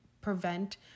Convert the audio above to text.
prevent